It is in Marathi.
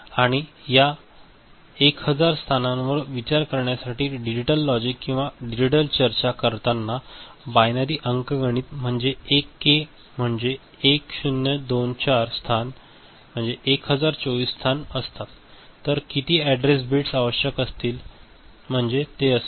आणि या १००० स्थानांवर विचार करण्यासाठी डिजिटल लॉजिक किंवा डिजिटल चर्चा करताना बायनरी अंकगणित मध्ये १ के म्हणजे 1024 स्थान असतात तर किती अॅड्रेस बिट्स आवश्यक असतील